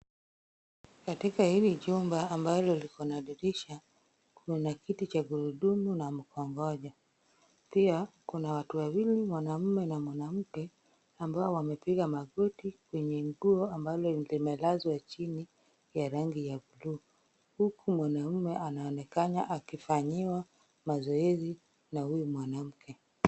Katika hili jumba ambalo likona dirisha kuna kiti cha gurudumu na mkongojo. Pia kuna watu wawili mwanamume na mwanamke ambao wamepiga magoti kwenye nguo ambalo limelazwa chini ya rangi ya blue huku mwanamume anaonekana akifanyiwa mazoezi na huyu mwanamke.